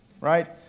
right